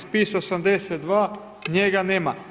Spis 82. njega nema.